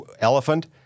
elephant